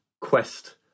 quest